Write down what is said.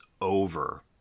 over